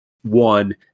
One